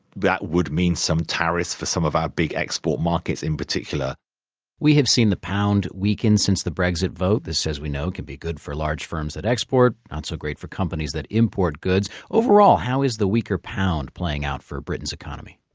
that would mean some tariffs for some of our big export markets in particular we have seen the pound weaken since the brexit vote. this, as we know, can be good for large firms that export, not so great for companies that import goods. overall, how is the weaker pound playing out for britain's economy?